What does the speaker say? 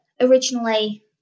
originally